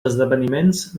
esdeveniments